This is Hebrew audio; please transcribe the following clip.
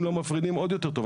אם לא מפרידים, עוד יותר טוב.